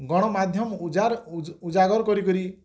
ଗଣମାଧ୍ୟମ ଉଜାଗର କରି କରି